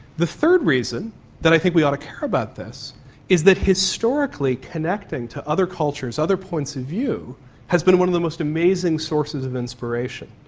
the third reason that i think we ought to care about this is that historically connecting to other cultures, other points of view has been one of the most amazing sources of inspiration.